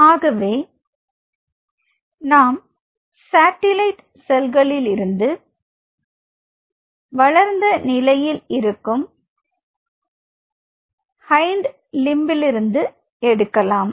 ஆகவே நாம் சாட்டிலைட் செல்களிலிருந்து வளர்ந்த நிலையில் இருக்கும் ஹைண்ட் லிம்ப்களை எடுக்கலாம்